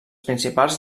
principats